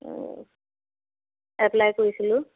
apply কৰিছিলোঁ